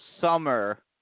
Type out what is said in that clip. summer